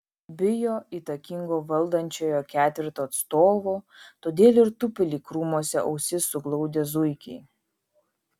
bijo įtakingo valdančiojo ketverto atstovo todėl ir tupi lyg krūmuose ausis suglaudę zuikiai